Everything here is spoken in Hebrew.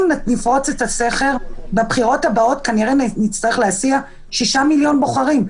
אם נפרוץ את הסכר בבחירות הראות כנראה שנצטרך להסיע 6 מיליון בוחרים.